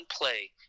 play